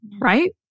Right